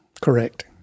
Correct